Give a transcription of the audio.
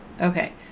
Okay